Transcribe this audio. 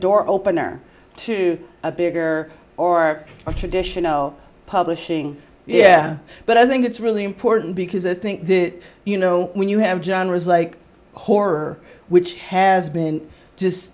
door opener to a bigger or a traditional publishing yeah but i think it's really important because i think that you know when you have john was like horror which has been just